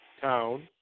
town